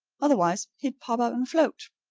otherwise he'd pop up and float.